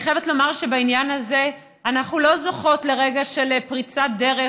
אני חייבת לומר שבעניין הזה אנחנו לא זוכות לרגע של פריצת דרך